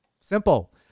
Simple